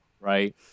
Right